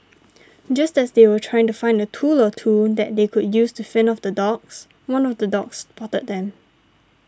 just as they were trying to find a tool or two that they could use to fend off the dogs one of the dogs spotted them